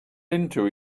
into